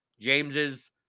James's